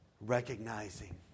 recognizing